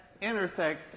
intersect